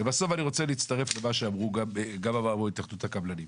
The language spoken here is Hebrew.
לבסוף אני רוצה להצטרף למה שאמרו גם התאחדות הקבלנים.